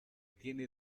tienen